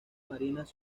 marinas